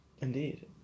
indeed